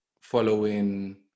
following